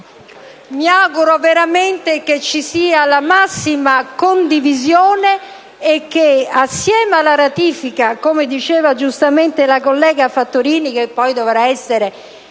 mi auguro veramente che ci sia la massima condivisione e che assieme alla ratifica, che - come diceva giustamente la collega Fattorini - poi dovrà essere